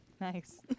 nice